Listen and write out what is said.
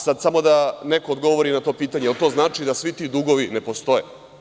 Sad samo da neko odgovori na to pitanje, jel to znači da svi ti dugovi ne postoje?